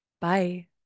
Bye